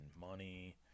money